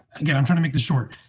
again, i'm trying to make this short.